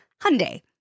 Hyundai